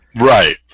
Right